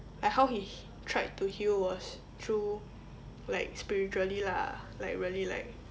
like how he tried to heal was through like spiritually lah like really like